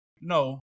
No